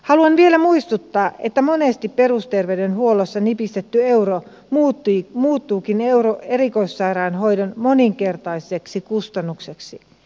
haluan vielä muistuttaa että monesti perusterveydenhuollossa nipistetty euro muuttuukin erikoissairaanhoidon moninkertaiseksi kustannukseksi